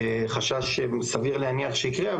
חשש סביר להניח שיקרה.